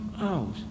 out